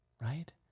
Right